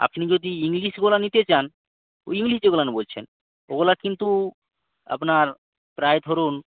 আপনি যদি ইংলিশগুলা নিতে চান ওই ইংলিশ যেগুলো বলছেন ওগুলা কিন্তু আপনার প্রায় ধরুন